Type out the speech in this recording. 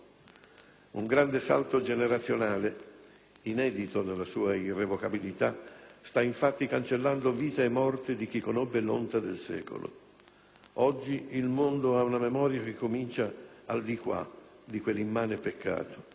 Un grande salto generazionale, inedito nella sua irrevocabilità, sta infatti cancellando vita e morte di chi conobbe l'onta del secolo. Oggi il mondo ha una memoria che comincia al di qua di quell'immane peccato.